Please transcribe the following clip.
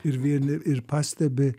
ir vieni ir pastebi